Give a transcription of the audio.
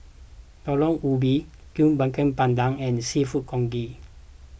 Talam Ubi Kuih Bakar Pandan and Seafood Congee